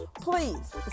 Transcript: please